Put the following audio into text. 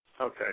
Okay